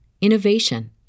innovation